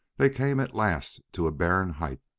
they came at last to a barren height.